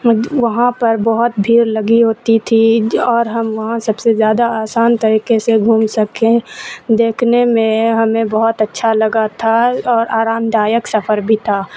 وہاں پر بہت بھیڑ لگی ہوتی تھی اور ہم وہاں سب سے زیادہ آسان طریقے سے گھوم سکیں دیکھنے میں ہمیں بہت اچھا لگا تھا اور آرام دایک سفر بھی تھا